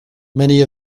many